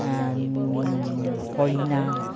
হৰিণা